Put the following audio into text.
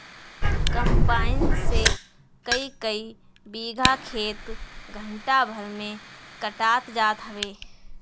combine से कईकई बीघा खेत घंटा भर में कटात जात हवे